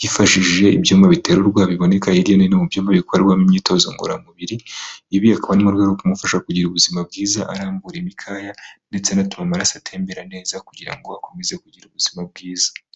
yifashishije ibyuma biterarwa biboneka hirya nohino mu byumba bikoremo imyitozo ngororamubiri, ibikwamo mu rwego rwo kumufasha kugira ubuzima bwiza arambura imikaya ndetse antuma amaraso atembera neza kugira ngo akomeze kugira ubuzima bwiza.